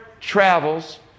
travels